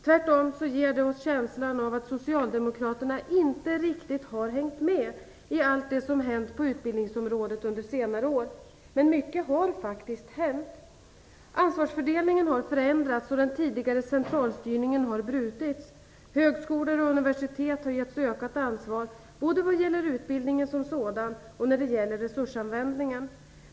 Tvärtom ger det oss känslan av att Socialdemokraterna inte riktigt har hängt med i allt det som hänt på utbildningsområdet under senare år. Men mycket har faktiskt hänt. Ansvarsfördelningen har förändrats, och den tidigare centralstyrningen har brutits. Högskolor och universitet har getts ökat ansvar både vad gäller utbildningen som sådan och när det gäller resursanvändningen.